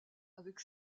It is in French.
avec